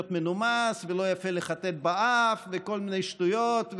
מנומס ולא יפה לחטט באף וכל מיני שטויות,